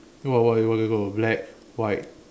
then what what what you got black white